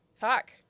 Fuck